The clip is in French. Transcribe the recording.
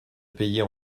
payer